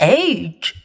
age